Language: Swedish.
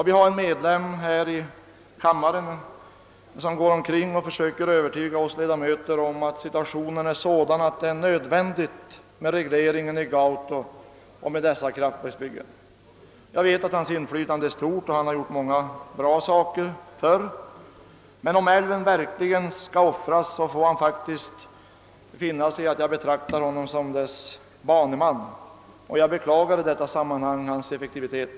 Vi har en medlem här i kammaren som går omkring och försöker övertyga oss ledamöter om att situationen är sådan, att det är nödvändigt med regleringen i Gauto och med dessa kraftverksbyggen. Jag vet att hans inflytande är stort och att han har gjort många bra saker tidigare, men om älven verkligen skulle offras, så får han faktiskt finna sig i att jag betraktar honom som dess baneman, och jag beklagar i detta sammanhang hans effektivitet!